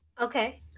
Okay